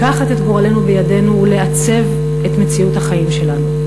לקחת את גורלנו בידנו ולעצב את מציאות החיים שלנו.